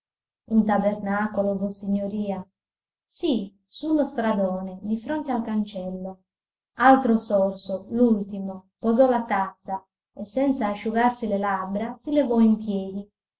un tabernacolo vossignoria sì su lo stradone di fronte al cancello altro sorso l'ultimo posò la tazza e senza asciugarsi le labbra si levò in piedi